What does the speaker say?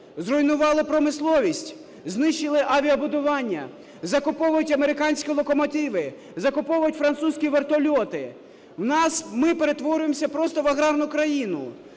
Зруйнували промисловість, знищили авіабудування, закуповують американські локомотиви, закуповують французькі вертольоти. У нас… ми перетворюємось просто в аграрну країну.